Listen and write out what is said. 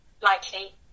likely